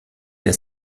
der